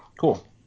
Cool